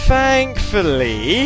Thankfully